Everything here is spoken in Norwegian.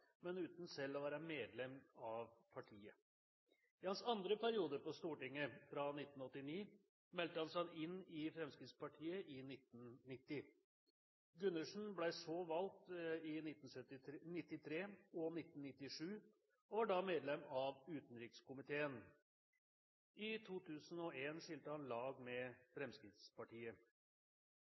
men uten selv å være medlem av partiet. I hans andre periode på Stortinget, fra 1989, meldte han seg inn i Fremskrittspartiet i 1990. Gundersen ble så gjenvalgt i 1993 og 1997, og var da medlem av utenrikskomiteen. I 2001 skilte han lag med Fremskrittspartiet.